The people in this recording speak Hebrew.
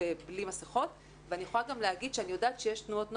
בלי מסכות ואני יכולה גם להגיד שאני יודעת שיש תנועות נוער,